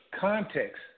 context